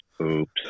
oops